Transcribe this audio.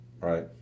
Right